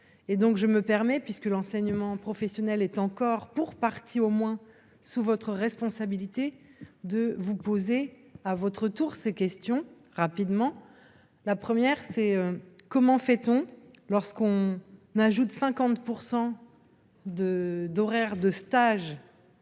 et donc je me permets puisque l'enseignement professionnel est encore pour partie au moins sous votre responsabilité de vous poser à votre tour, ces questions rapidement, la première c'est comment fait-on lorsqu'on n'ajoute cinquante pour cent de